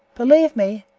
believe me,